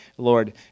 Lord